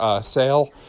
sale